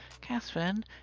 Catherine